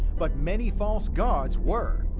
but many false gods were.